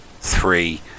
three